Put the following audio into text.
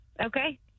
Okay